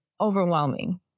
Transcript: overwhelming